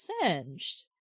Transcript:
singed